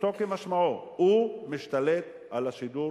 פשוטו כמשמעו, הוא משתלט על השידור